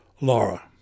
Laura